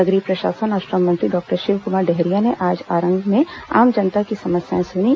नगरीय प्रशासन और श्रम मंत्री डॉक्टर शिवकुमार डहरिया ने आज आरंग में आम जनता की समस्याएं सुनीं